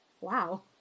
wow